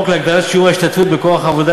הצעת חוק להגדלת שיעור ההשתתפות בכוח העבודה